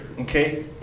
Okay